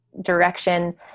direction